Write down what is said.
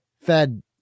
fed